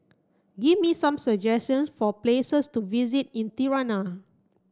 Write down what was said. give me some suggestions for places to visit in Tirana